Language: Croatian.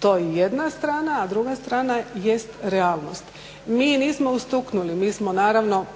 To je jedna strana. A druga strana jest realnost. Mi nismo ustuknuli. Mi smo naravno